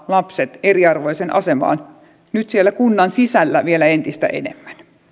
lapset eriarvoiseen asemaan nyt siellä kunnan sisällä vielä entistä enemmän